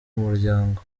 umuryango